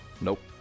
Nope